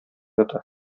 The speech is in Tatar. ята